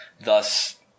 Thus